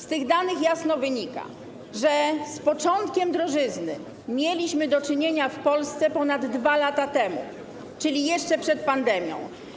Z tych danych jasno wynika, że z początkiem drożyzny mieliśmy do czynienia w Polsce ponad 2 lata temu, czyli jeszcze przed pandemią.